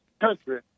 country